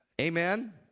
Amen